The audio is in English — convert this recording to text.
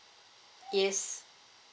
yes